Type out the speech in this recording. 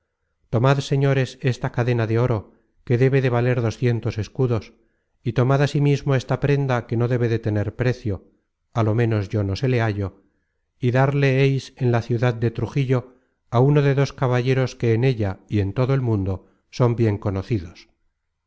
tomad señores esta cadena de oro que debe de valer doscientos escudos y tomad asimismo esta prenda que no debe de tener precio á lo menos yo no se le hallo y darle heis en la ciudad de trujillo á uno de dos caballeros que en ella y en todo el mundo son bien conocidos